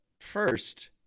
first